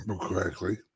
correctly